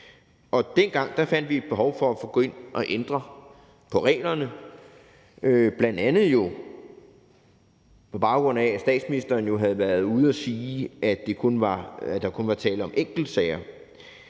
Dengang fandt vi et behov for at gå ind og ændre reglerne, bl.a. jo på baggrund af at statsministeren havde været ude at sige, at der kun var tale om enkeltsager.